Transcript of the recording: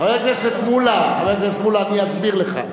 חבר הכנסת מולה, חבר הכנסת מולה, אני אסביר לך.